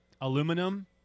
Aluminum